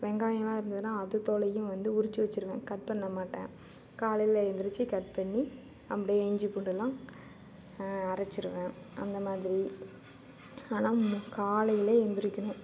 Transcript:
வெங்காயம்லா இருந்ததுனா அது தோலையும் வந்து உரித்து வச்சுடுவேன் கட் பண்ண மாட்டேன் காலையில் எழுந்திரித்து கட் பண்ணி அப்படியே இஞ்சி பூண்டு எல்லாம் அரைத்திடுவேன் அந்த மாதிரி ஆனால் காலையில் எழுந்திருக்கணும்